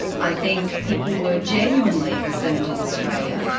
i think people were genuinely concerned in australia,